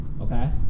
Okay